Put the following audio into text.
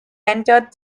entered